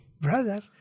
brother